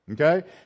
Okay